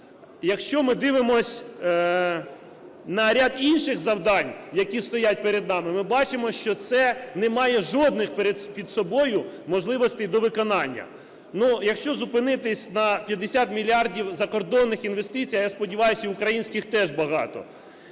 якщо ми дивимось на ряд інших завдань, які стоять перед нами, ми бачимо, що це не має жодних під собою можливостей до виконання. Ну, якщо зупинитись на 50 мільярдах закордонних інвестицій, а я сподіваюсь, і українських теж багато…